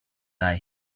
guy